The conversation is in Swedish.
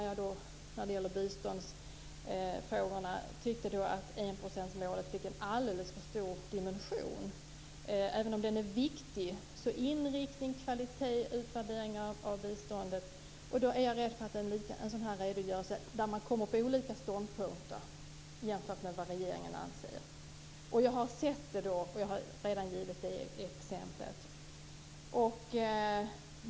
Jag tyckte att enprocentsmålet fick en alldeles för stor dimension, även om det är viktig. Det handlar om inriktning, kvalitet och utvärderingar av biståndet. Jag är rädd för att en sådan här redogörelse kan leda till att man kommer fram till olika ståndpunkter jämfört med vad regeringen anser. Jag har sett det, och jag har redan gett det exemplet.